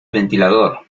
ventilador